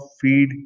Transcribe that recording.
feed